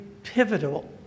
pivotal